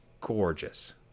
gorgeous